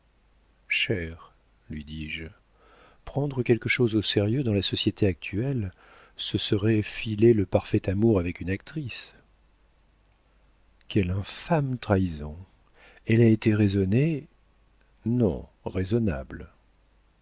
lui dis-je prendre quelque chose au sérieux dans la société actuelle ce serait filer le parfait amour avec une actrice quelle infâme trahison elle a été raisonnée non raisonnable